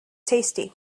tasty